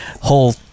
whole